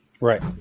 Right